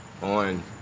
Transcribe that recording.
on